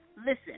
Listen